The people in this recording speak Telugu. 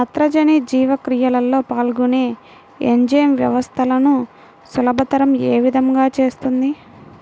నత్రజని జీవక్రియలో పాల్గొనే ఎంజైమ్ వ్యవస్థలను సులభతరం ఏ విధముగా చేస్తుంది?